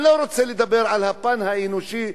אני לא רוצה לדבר על הפן האנושי,